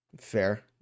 Fair